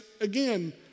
again